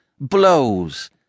blows